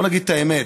בוא נגיד את האמת.